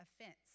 offense